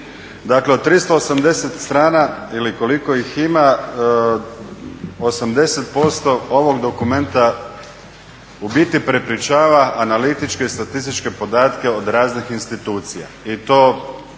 Dakle, od 380 strana ili koliko ih ima, 80% ovog dokumenta u biti prepričava analitičke i statističke podatke od raznih institucija